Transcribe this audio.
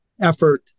effort